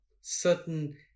certain